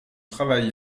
travail